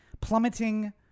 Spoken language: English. plummeting